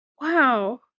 Wow